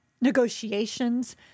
negotiations